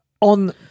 On